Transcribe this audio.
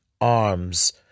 arms